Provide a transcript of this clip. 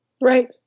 Right